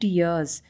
years